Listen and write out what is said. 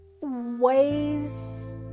ways